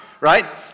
right